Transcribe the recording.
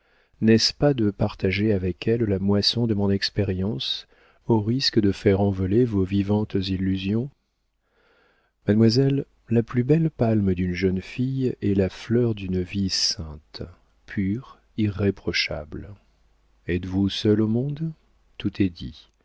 n'est-ce pas de partager avec elle la moisson de mon expérience au risque de faire envoler vos vivantes illusions mademoiselle la plus belle palme d'une jeune fille est la fleur d'une vie sainte pure irréprochable êtes-vous seule au monde tout est dit